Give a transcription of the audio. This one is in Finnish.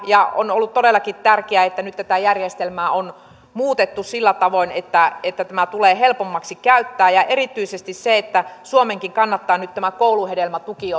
on ollut todellakin tärkeää että nyt tätä järjestelmää on muutettu sillä tavoin että että tämä tulee helpommaksi käyttää ja erityisesti niin että suomenkin kannattaa nyt tämä kouluhedelmätuki